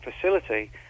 facility